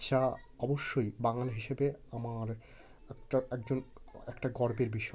যা অবশ্যই বাঙালি হিসেবে আমার একটা একজন একটা গর্বের বিষয়